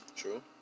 True